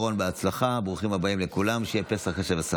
להשגת יעדי התקציב לשנות התקציב 2023 ו-2024),